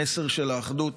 המסר של האחדות,